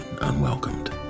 unwelcomed